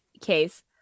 case